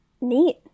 Neat